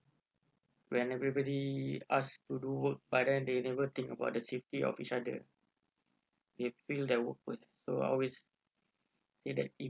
when everybody ask to do work but then they never think about the safety of each other they feel that work with will always